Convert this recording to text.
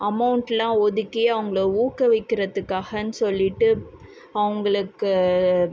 அமௌண்டெல்லாம் ஒதுக்கி அவங்கள ஊக்குவிற்கிறதுக்காகன்னு சொல்லிட்டு அவர்களுக்கு